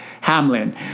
Hamlin